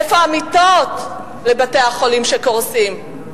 איפה המיטות לבתי-החולים, שקורסים?